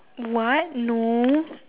what no